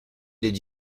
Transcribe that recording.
did